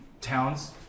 towns